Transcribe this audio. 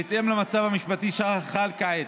בהתאם למצב המשפטי שחל כעת,